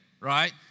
right